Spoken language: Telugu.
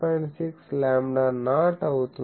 6 లాంబ్డానాట్ అవుతుంది